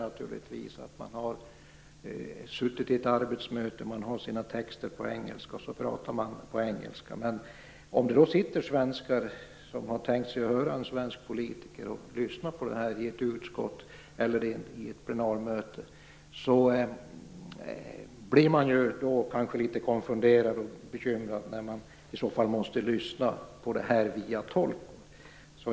Man kan ha suttit i ett arbetsmöte, och man kan ha sina texter på engelska. Då pratar man på engelska. Men om det då sitter svenskar som har tänkt sig att lyssna på en svensk politiker i ett utskott eller ett plenarmöte, så blir de kanske litet konfunderade och bekymrade om de måste lyssna via tolk.